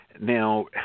Now